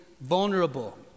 vulnerable